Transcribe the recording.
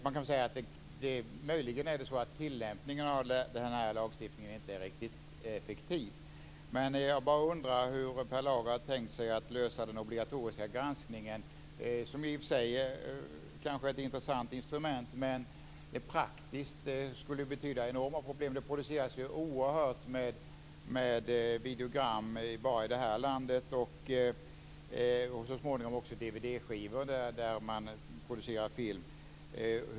Man kan säga att det möjligen är så att tilllämpningen av lagstiftningen inte är riktigt effektiv. Jag bara undrar hur Per Lager har tänkt sig lösa den obligatoriska granskningen, som i och för sig kanske är ett intressant instrument men som praktiskt skulle betyda enorma problem. Det produceras ju oerhört många videogram bara i det här landet, och så småningom också dvd-skivor med film.